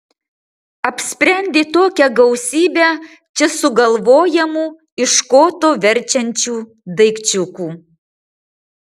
apsprendė tokią gausybę čia sugalvojamų iš koto verčiančių daikčiukų